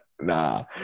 Nah